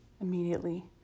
immediately